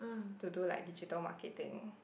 to do like digital marketing